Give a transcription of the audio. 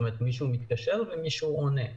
כלומר מישהו מתקשר ומישהו עונה.